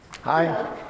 Hi